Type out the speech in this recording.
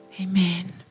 Amen